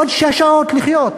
עוד שש שעות לחיות.